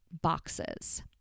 boxes